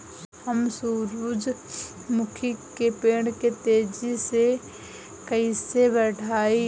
हम सुरुजमुखी के पेड़ के तेजी से कईसे बढ़ाई?